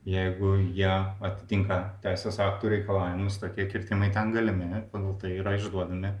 jeigu jie atitinka teisės aktų reikalavimus tokie kirtimai ten galimi pagal tai yra išduodami